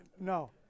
No